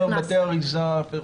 זה אומר: בתי האריזה, פירות וכאלה.